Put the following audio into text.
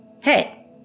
Hey